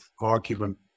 argument